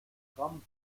gramm